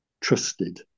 trusted